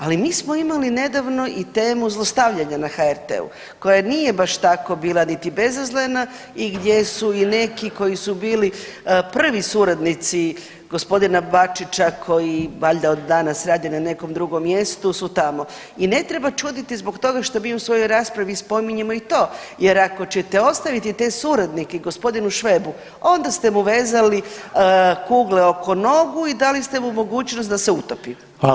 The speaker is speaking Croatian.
Ali mi smo imali nedavno i temu zlostavljanja na HRT-u koja nije baš tako bila niti bezazlena i gdje su i neki koji su bili prvi suradnici gospodina Bačića, koji valjda od danas radi na nekom drugom mjestu su tamo, i ne treba čuditi zbog toga što mi u svojoj raspravi spominjemo i to jer ako ćete ostaviti te suradnike gospodinu Švebu, onda ste mu vezali kugle oko nogu i dali ste mu mogućnost da se utopi.